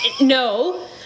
No